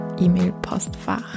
E-Mail-Postfach